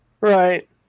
right